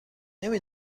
نمی